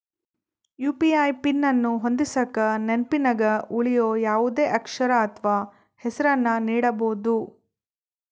UPI PIN ಅನ್ನು ಹೊಂದಿಸಕ ನೆನಪಿನಗ ಉಳಿಯೋ ಯಾವುದೇ ಅಕ್ಷರ ಅಥ್ವ ಹೆಸರನ್ನ ನೀಡಬೋದು